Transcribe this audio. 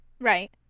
Right